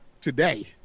today